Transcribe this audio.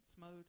mode